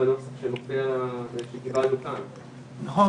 למלגות --- נכון,